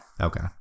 Okay